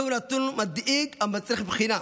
זהו נתון מדאיג המצריך בחינה".